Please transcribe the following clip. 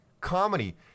comedy